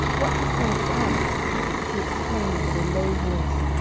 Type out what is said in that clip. what hast thou done she exclaimed in a low voice,